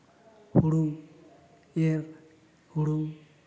ᱦᱩᱲᱩ ᱮᱨ ᱦᱩᱲᱩ